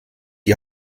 die